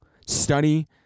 study